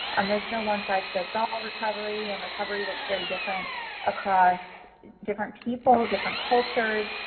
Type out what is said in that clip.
um there's no one-size-fits-all recovery and recovery looks very different across different people, different cultures,